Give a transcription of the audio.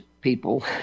people